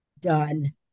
done